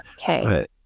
okay